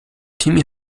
timmy